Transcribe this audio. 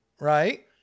right